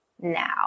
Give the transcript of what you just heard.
now